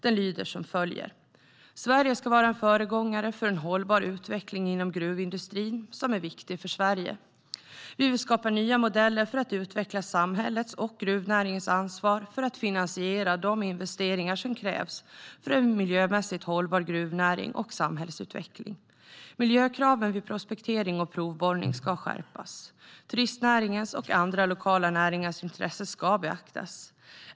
Den lyder som följer:"Sverige ska vara en föregångare för en hållbar utveckling inom gruvindustrin, som är viktig för Sverige. Vi vill skapa nya modeller för att utveckla samhällets och gruvnäringens ansvar för att finansiera de investeringar som krävs för en miljömässigt hållbar gruvnäring och samhällsutveckling. Miljökraven vid prospektering och provborrning ska skärpas. Turistnäringens och andra lokala näringars intresse ska beaktas.